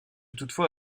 toutefois